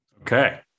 Okay